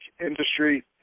industry